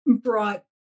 brought